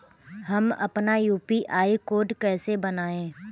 हम अपना UPI code कैसे बनाएँ?